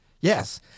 Yes